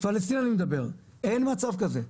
פלסטיני אני מדבר, אין מצב כזה.